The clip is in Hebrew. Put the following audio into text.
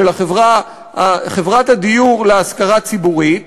של חברת הדיור להשכרה ציבורית,